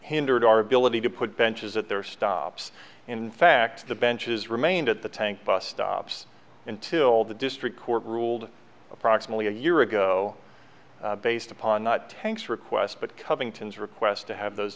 hindered our ability to put benches at their stops in fact the benches remained at the tank bus stops until the district court ruled approximately a year ago based upon not tank's requests but covington's requests to have those